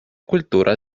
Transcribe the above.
kultura